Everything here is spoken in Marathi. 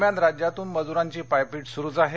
दरम्यान राज्यातून मजूरांची पायपीट सुरुच आहे